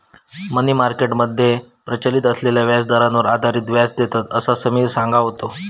मनी market मध्ये प्रचलित असलेल्या व्याजदरांवर आधारित व्याज देतत, असा समिर सांगा होतो